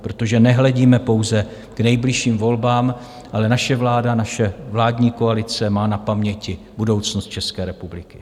Protože nehledíme pouze k nejbližším volbám, ale naše vláda, naše vládní koalice má na paměti budoucnost České republiky.